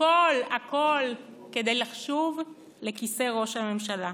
הכול הכול כדי לשוב לכיסא ראש הממשלה.